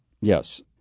Yes